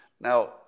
Now